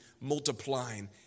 multiplying